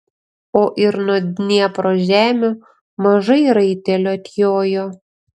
o ir nuo dniepro žemių mažai raitelių atjojo